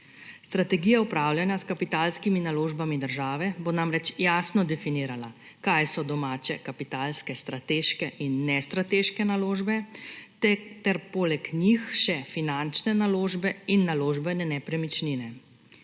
Strategija upravljanja s kapitalskimi naložbami države bo namreč jasno definirala, kaj so domače kapitalske strateške in nestrateške naložbe ter poleg njih še finančne naložbe in naložbene nepremičnine.